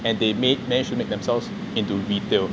and they made manage to make themselves into retail